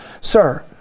sir